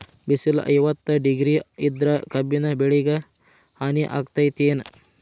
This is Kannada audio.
ಬಿಸಿಲ ಐವತ್ತ ಡಿಗ್ರಿ ಇದ್ರ ಕಬ್ಬಿನ ಬೆಳಿಗೆ ಹಾನಿ ಆಕೆತ್ತಿ ಏನ್?